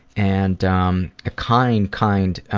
and ah um a kind, kind